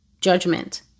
judgment